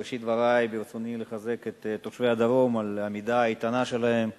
בראשית דברי ברצוני לחזק את תושבי הדרום על העמידה האיתנה שלהם,